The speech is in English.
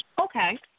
Okay